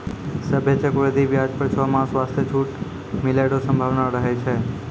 सभ्भे चक्रवृद्धि व्याज पर छौ मास वास्ते छूट मिलै रो सम्भावना रहै छै